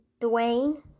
Dwayne